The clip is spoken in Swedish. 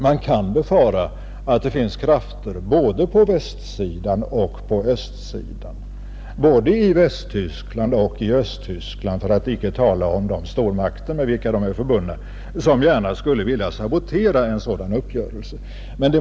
Man kan befara att det finns krafter både på västsidan och på östsidan, både i Västtyskland och i Östtyskland — för att icke tala om de stormakter med vilka de är förbundna — som gärna skulle vilja sabotera en sådan uppgörelse.